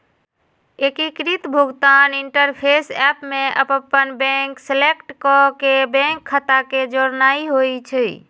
एकीकृत भुगतान interface app में अप्पन बैंक सेलेक्ट क के बैंक खता के जोड़नाइ होइ छइ